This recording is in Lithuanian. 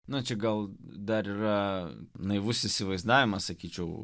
na čia gal dar yra naivus įsivaizdavimas sakyčiau